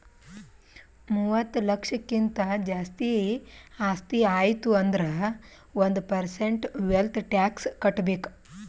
ಮೂವತ್ತ ಲಕ್ಷಕ್ಕಿಂತ್ ಜಾಸ್ತಿ ಆಸ್ತಿ ಆಯ್ತು ಅಂದುರ್ ಒಂದ್ ಪರ್ಸೆಂಟ್ ವೆಲ್ತ್ ಟ್ಯಾಕ್ಸ್ ಕಟ್ಬೇಕ್